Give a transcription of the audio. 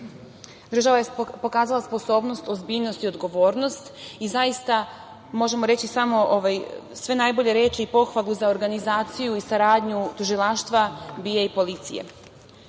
Država je pokazala sposobnost, ozbiljnost i odgovornost i zaista možemo reći sve najbolje reči i pohvalu za organizaciju i saradnju tužilaštva, BIA i policije.I